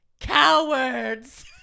Cowards